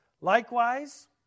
Likewise